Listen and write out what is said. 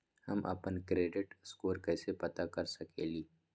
हम अपन credit score कैसे पता कर सकेली?